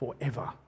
forever